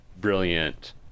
brilliant